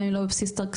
גם אם לא בבסיס התקציב?